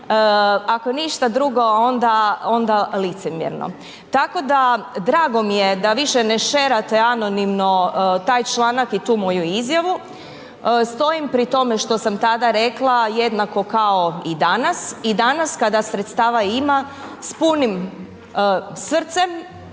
ako ništa drugo onda licemjerno. Tako da drago mi je da više ne šerate anonimno taj članak i tu moju izjavu. Stojim pri tome što sam tada rekla jednako kao i danas i danas kada sredstava ima s punim srcem